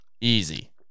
Easy